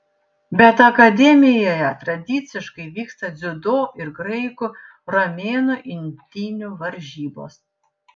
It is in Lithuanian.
bet akademijoje tradiciškai vyksta dziudo ir graikų romėnų imtynių varžybos